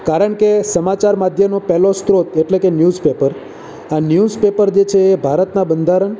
કારણ કે સમાચાર માધ્યમનો પહેલો સ્ત્રોત એટલે કે ન્યુઝપેપર આ ન્યૂઝપેપર જે છે એ ભારતનાં બંધારણ